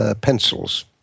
pencils